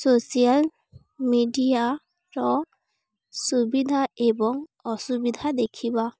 social ମିଡ଼ିଆର ସୁବିଧା ଏବଂ ଅସୁବିଧା ଦେଖିବା